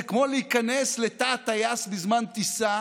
זה כמו להיכנס לתא הטייס בזמן טיסה